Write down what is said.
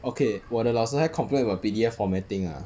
okay 我的老师还 complain about P_D_F formatting ah